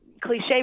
cliche